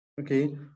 Okay